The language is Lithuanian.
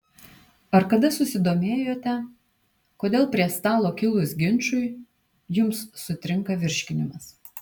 ar kada susidomėjote kodėl prie stalo kilus ginčui jums sutrinka virškinimas